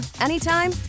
anytime